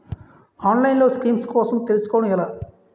ఆన్లైన్లో స్కీమ్స్ కోసం తెలుసుకోవడం ఎలా?